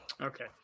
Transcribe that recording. Okay